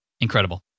Incredible